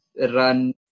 run